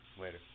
Later